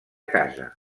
casa